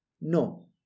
No